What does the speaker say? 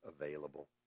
available